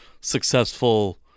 successful